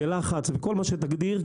בלחץ ובכל מה שתגדיר,